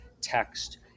text